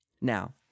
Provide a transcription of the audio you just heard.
Now